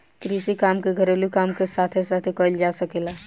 कृषि काम के घरेलू काम के साथे साथे कईल जा सकेला